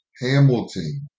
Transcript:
Hamilton